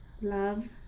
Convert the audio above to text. love